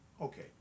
okay